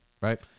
Right